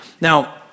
Now